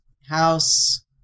house